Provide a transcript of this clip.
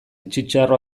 txitxarro